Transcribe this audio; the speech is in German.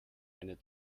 eine